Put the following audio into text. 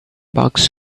bucks